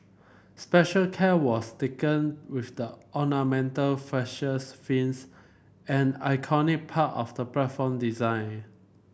special care was taken with the ornamental fascia fins an iconic part of the platform design